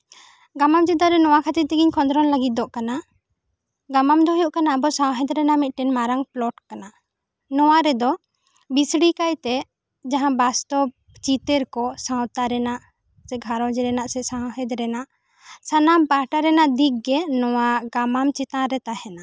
ᱜᱟᱢᱟᱢ ᱪᱮᱛᱟᱱ ᱨᱮ ᱱᱚᱣᱟ ᱠᱷᱟᱹᱛᱤᱨ ᱛᱮᱜᱮᱧ ᱠᱷᱚᱸᱫᱽᱨᱚᱱ ᱞᱟᱹᱜᱤᱫᱚᱜ ᱠᱟᱱᱟ ᱜᱟᱢᱟᱢ ᱫᱚ ᱦᱩᱭᱩᱜ ᱠᱟᱱᱟ ᱟᱵᱚ ᱥᱟᱶᱦᱮᱫ ᱨᱮᱱᱟᱜ ᱢᱤᱫᱴᱟᱝ ᱢᱟᱨᱟᱱᱜ ᱯᱚᱞᱚᱴ ᱠᱟᱱᱟ ᱱᱚᱣᱟ ᱨᱮᱫᱚ ᱵᱤᱪᱷᱲᱤ ᱠᱟᱭ ᱛᱮ ᱡᱟᱦᱟᱸ ᱵᱟᱥᱛᱚᱯ ᱪᱤᱛᱟᱹᱨ ᱠᱚ ᱥᱟᱶᱛᱟ ᱨᱮᱱᱟᱜ ᱥᱮ ᱜᱷᱟᱨᱚᱸᱡᱽ ᱨᱮᱱᱟᱜ ᱥᱮ ᱥᱟᱶᱦᱮᱫ ᱨᱮᱱᱟᱜ ᱥᱟᱱᱟᱢ ᱯᱟᱦᱴᱟ ᱨᱮᱱᱟᱜ ᱫᱤᱜᱽ ᱜᱮ ᱜᱟᱢᱟᱢ ᱪᱮᱛᱟᱱ ᱨᱮ ᱛᱟᱦᱮᱱᱟ